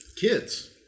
kids